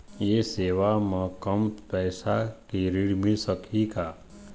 ये सेवा म कम पैसा के ऋण मिल सकही का?